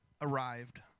arrived